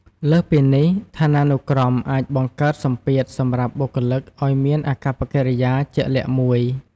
លើសពីនេះ ឋានានុក្រមអាចបង្កើតសម្ពាធសម្រាប់បុគ្គលិកឱ្យមានអាកប្បកិរិយាជាក់លាក់មួយ។